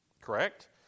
Correct